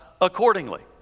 accordingly